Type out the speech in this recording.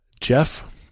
Jeff